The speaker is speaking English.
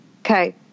Okay